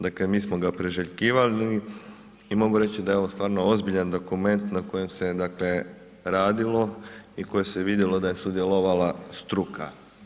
Dakle mi smo ga priželjkivali i mogu reći da je ovo stvarno ozbiljan dokument na kojem se dakle radilo i koje se vidjelo da je sudjelovala struka.